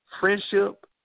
friendship